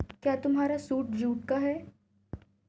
क्या तुम्हारा suit jute का है?